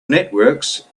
networks